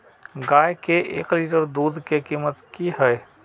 गाय के एक लीटर दूध के कीमत की हय?